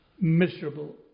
miserable